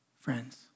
friends